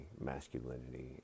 masculinity